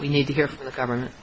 we need to hear from the government